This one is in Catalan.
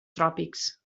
tròpics